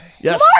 Yes